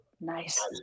Nice